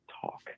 talk